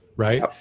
right